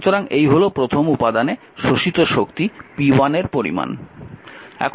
সুতরাং এই হল প্রথম উপাদানে শোষিত শক্তি p1 এর পরিমান